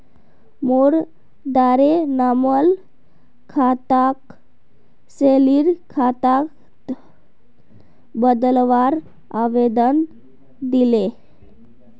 मोर द्वारे नॉर्मल खाताक सैलरी खातात बदलवार आवेदन दिले